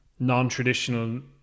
non-traditional